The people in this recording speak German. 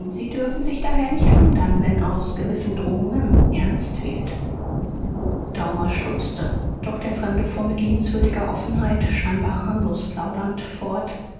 sie dürfen sich daher nicht wundern wenn aus gewissen drohungen ernst wird daumer stutzte doch der fremde fuhr mit liebenswürdiger offenheit scheinbar harmlos plaudernd fort